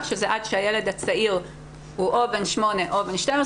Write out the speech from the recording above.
שזה עד שהילד הצעיר הוא או בן 8 או בן 12,